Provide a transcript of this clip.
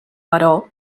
però